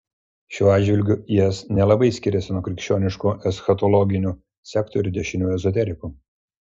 šiuo atžvilgiu is nelabai skiriasi nuo krikščioniškų eschatologinių sektų ir dešiniųjų ezoterikų